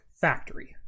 factory